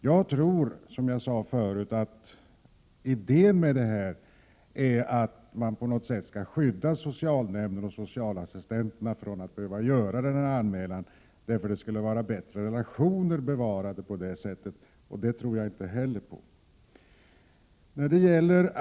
Jag tror, som jag sade förut, att idén är att man på något sätt skall skydda socialnämnden och socialassistenterna från att behöva göra en anmälan, eftersom bättre relationer skulle bevaras på det sättet.